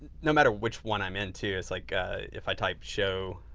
no matter which one i'm into, it's like if i type show